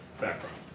background